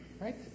Right